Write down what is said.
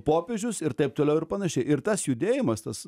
popiežius ir taip toliau ir panašiai ir tas judėjimas tas